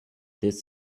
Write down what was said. this